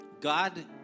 God